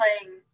playing